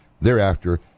thereafter